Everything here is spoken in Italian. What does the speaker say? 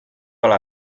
alla